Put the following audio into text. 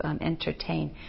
entertain